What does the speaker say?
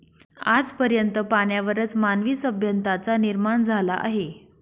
आज पर्यंत पाण्यावरच मानवी सभ्यतांचा निर्माण झाला आहे